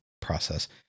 Process